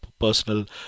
personal